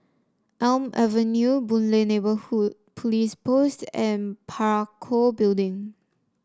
Elm Avenue Boon Lay Neighbourhood Police Post and Parakou Building